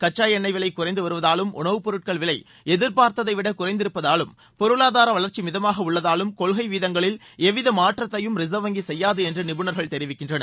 கச்சா எண்ணெய் விலை குறைந்து வருவதாலும் உணவுப்பொருட்கள் விலை எதிர்பார்த்ததை விட குறைந்திருப்பதாலும் பொருளாதார வளர்ச்சி மிதமாக உள்ளதாலும் கொள்கை வீதங்களில் எவ்வித மாற்றத்தையும் ரிசர்வ் வங்கி செய்யாது என்று நிபுணர்கள் தெரிவிக்கின்றனர்